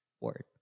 Word